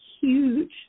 huge